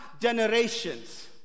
generations